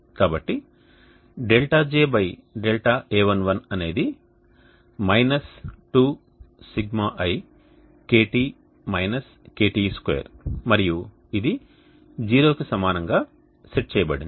కాబట్టి δJδa11 అనేది 2Σi2 మరియు ఇది 0కి సమానంగా సెట్ చేయబడింది